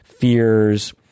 fears